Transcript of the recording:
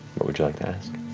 what would you like to ask?